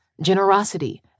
generosity